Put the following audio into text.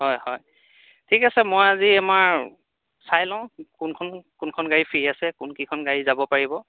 হয় হয় ঠিক আছে মই আজি আমাৰ চাই লওঁ কোনখন কোনখন গাড়ী ফ্ৰী আছে কোন কেইখন গাড়ী যাব পাৰিব